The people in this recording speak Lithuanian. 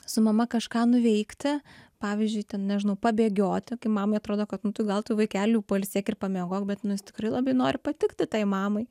su mama kažką nuveikti pavyzdžiui ten nežinau pabėgioti kai mamai atrodo kad nu tu gal tu vaikeli pailsėk ir pamiegok bet nu jis tikrai labai nori patikti tai mamai